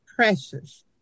Precious